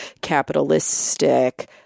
capitalistic